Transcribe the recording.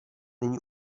není